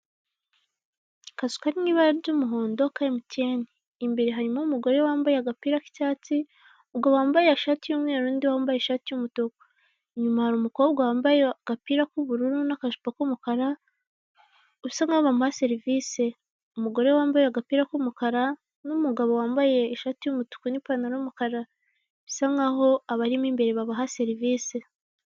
Akazu kari mu ibara ry'umuhondo ka mtn imbere hanyuma umugore wambaye agapira k'icyatsi, umugabo wambaye gashati k'umweru, n'undi wambaye ishati y'umutuku, inyuma hari umukobwa wambaye agapira k'ubururu, n'akajipo k'umukara usa nkaho bamuha serivisi, umugore wambaye agapira k'umukara n'umugabo wambaye ishati y'umutuku usa nkaho abarimo imbere babaha serivisi.